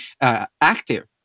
Active